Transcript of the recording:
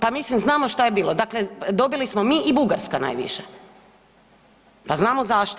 Pa mislim znamo šta je bilo, dakle dobili smo mi i Bugarska najviše, pa znamo zašto.